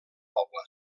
poble